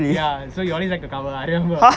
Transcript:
ya so you always like to cover I remember